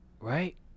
Right